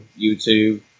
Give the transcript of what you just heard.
YouTube